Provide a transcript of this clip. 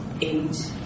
eight